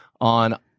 On